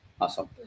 Awesome